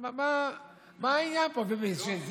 מה העניין פה, באמת?